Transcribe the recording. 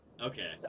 Okay